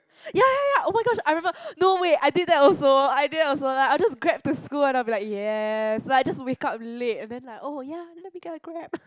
ya ya ya oh-my-gosh I remember no way I did that also I did that also like I would just Grab to school and then I'll be like yes like I would just wake up late and then like oh ya let me get a Grab